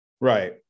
Right